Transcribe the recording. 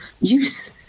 use